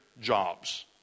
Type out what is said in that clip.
jobs